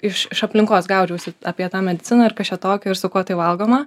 iš iš aplinkos gaudžiausi apie tą mediciną ir kas čia tokio ir su kuo tai valgoma